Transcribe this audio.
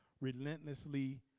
relentlessly